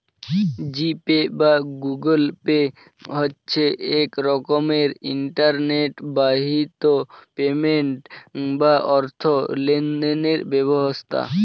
জি Pay বা Google Pay হচ্ছে এক রকমের ইন্টারনেট বাহিত পেমেন্ট বা অর্থ লেনদেনের ব্যবস্থা